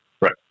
Right